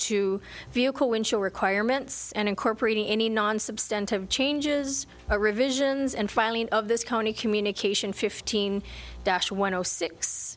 to vehicle winchell requirements and incorporating any non substantive changes or revisions and filing of this county communication fifteen